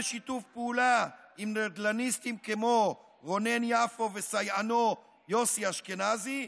בשיתוף פעולה עם נדל"ניסטים כמו רונן יפו וסייענו יוסי אשכנזי,